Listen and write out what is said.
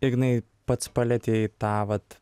ignai pats palietei tą vat